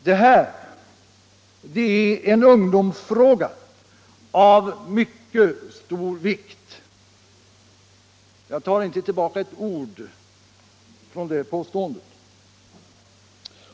Det här är en ungdomsfråga av mycket stor vikt — jag tar inte tillbaka ett ord av det påståendet.